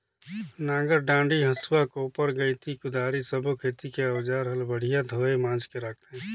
नांगर डांडी, हसुआ, कोप्पर गइती, कुदारी सब्बो खेती के अउजार हल बड़िया धोये मांजके राखथे